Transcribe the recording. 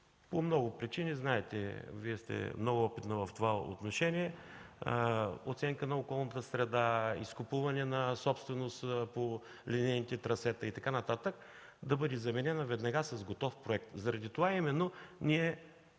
по много причини – Вие знаете, много сте опитна в това отношение – оценка на околната среда, изкупуване на собственост по линейните трасета и така нататък, да бъде заменен веднага с готов проект. Затова се